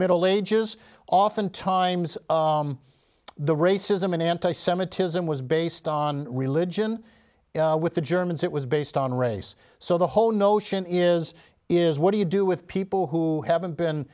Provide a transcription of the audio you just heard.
middle ages often times the racism and anti semitism was based on religion with the germans it was based on race so the whole notion is is what do you do with people who haven't been